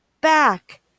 back